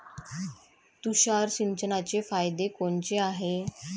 तुषार सिंचनाचे फायदे कोनचे हाये?